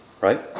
Right